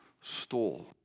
stole